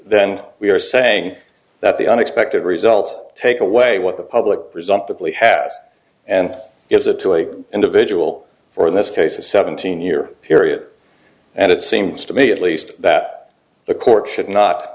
then we are saying that the unexpected results take away what the public presumptively has and gives it to a individual or in this case a seventeen year period and it seems to me at least that the court should not